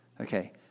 Okay